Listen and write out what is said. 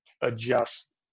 adjust